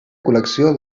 col·lecció